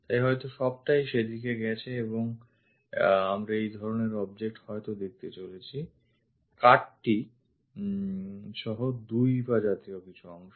তাই হয়ত এর সবটাই সেদিকে গেছে এবং আমরা এই ধরনের object হয়ত দেখতে চলেছি কাট টি সহ দুই পা জাতীয় অংশ